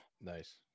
Nice